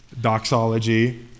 doxology